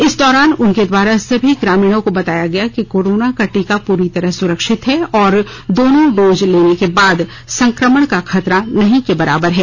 इस दौरान उनके द्वारा सभी ग्रामीणों को बताया गया कि कोरोना का टीका पूरी तरह से सुरक्षित है और दोनों डोज लेने के बाद संक्रमण का खतरा नहीं के बराबर है